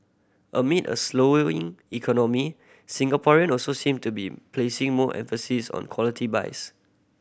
amid a slowing economy Singaporean also seem to be placing more emphasis on quality buys